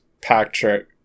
Patrick